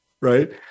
right